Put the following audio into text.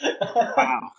Wow